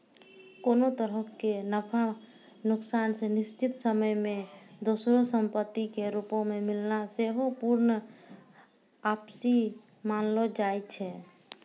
कोनो तरहो के नफा नुकसान के निश्चित समय मे दोसरो संपत्ति के रूपो मे मिलना सेहो पूर्ण वापसी मानलो जाय छै